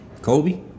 Kobe